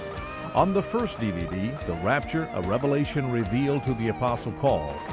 on the first dvd, the rapture a revelation revealed to the apostle paul,